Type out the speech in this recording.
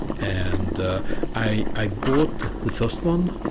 and i bought the first one,